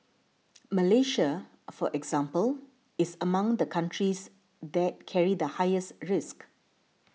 Malaysia for example is among the countries that carry the highest risk